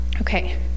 Okay